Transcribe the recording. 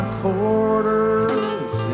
quarters